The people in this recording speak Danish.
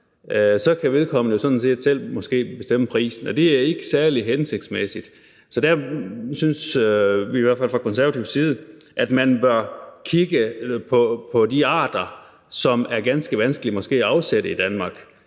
pågældende måske selv bestemme prisen, og det er ikke særlig hensigtsmæssigt. Så der synes vi i hvert fald fra konservativ side, at man bør kigge på de arter, som måske er ganske vanskelige at afsætte i Danmark,